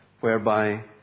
whereby